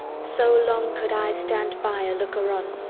so long could i stand by, a looker on.